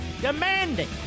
demanding